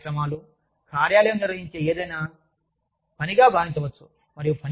wellness కార్యక్రమాలు కార్యాలయం నిర్వహించే ఏదైనా పనిగా భావించవచ్చు